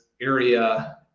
area